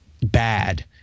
bad